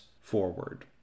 forward